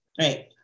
right